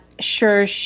sure